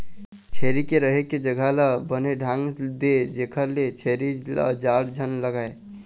छेरी के रहें के जघा ल बने ढांक दे जेखर ले छेरी ल जाड़ झन लागय